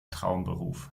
traumberuf